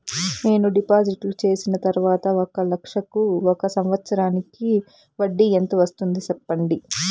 నేను డిపాజిట్లు చేసిన తర్వాత ఒక లక్ష కు ఒక సంవత్సరానికి వడ్డీ ఎంత వస్తుంది? సెప్పండి?